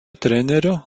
trenerio